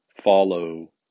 follow